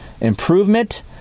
improvement